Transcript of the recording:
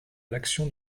l’action